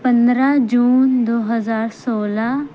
پندرہ جون دو ہزار سولہ